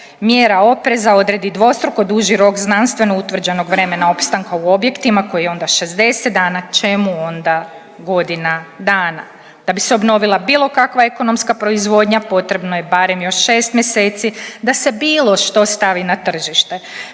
mjera opreza odredi dvostruko duži rok znanstveno utvrđenog vremena opstanka u objektima koji je onda 60 dana čemu onda godina dana. Da bi se obnovila bilo kakva ekonomska proizvodnja potrebno je još barem 6 mjeseci da se bilo što stavi na tržište.